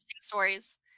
stories